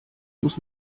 muss